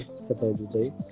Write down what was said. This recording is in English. supposedly